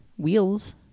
wheels